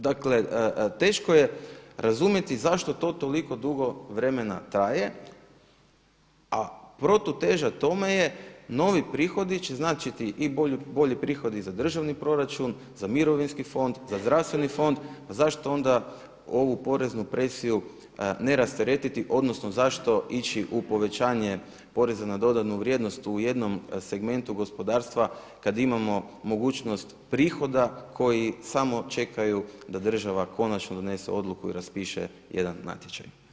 Dakle teško je razumjeti zašto to toliko dugo vremena traje a protuteža tome je novi prihodi će značiti i bolji prihod i za državni proračun, za mirovinski fond, za zdravstveni fond a zašto onda ovu poreznu presiju ne rasteretiti, odnosno zašto ići u povećanje poreza na dodanu vrijednost u jednom segmentu gospodarstva kada imamo mogućnost prihoda koji samo čekaju da država konačno donese odluku i raspiše jedan natječaj.